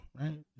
Right